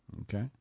Okay